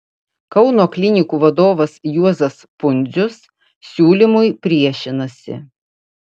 kauno klinikų vadovas juozas pundzius siūlymui priešinasi